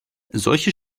solche